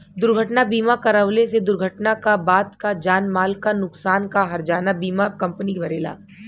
दुर्घटना बीमा करवले से दुर्घटना क बाद क जान माल क नुकसान क हर्जाना बीमा कम्पनी भरेला